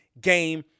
game